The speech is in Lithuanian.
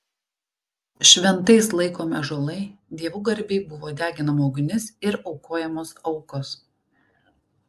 šventais laikomi ąžuolai dievų garbei buvo deginama ugnis ir aukojamos aukos